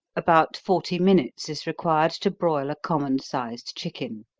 about forty minutes is required to broil a common sized chicken.